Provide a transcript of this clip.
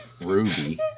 Ruby